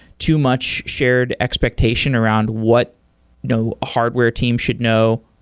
too much shared expectation around what no hardware team should know,